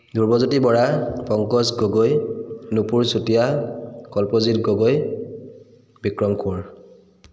Dhrubajyoti Bora Pankaj Gogoi Nupur Chutia Kalpajit Gogoi Bikram Konwar